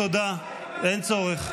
תודה, אין צורך.